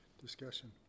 discussion